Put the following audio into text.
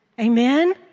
Amen